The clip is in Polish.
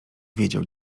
wiedział